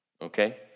Okay